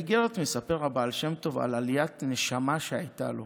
באיגרת מספר הבעל שם טוב על עליית נשמה שהייתה לו,